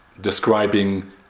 describing